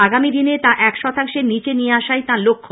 আগামী দিনে তা এক শতাংশের নীচে নিয়ে আসাই তাঁর লক্ষ্য